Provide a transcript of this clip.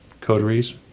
coteries